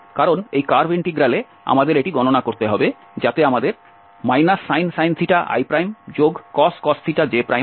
কারণ এই কার্ভ ইন্টিগ্রালে আমাদের এটি গণনা করতে হবে যাতে আমাদের sin icos j থাকবে